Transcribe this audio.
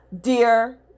dear